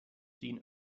seen